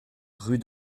rue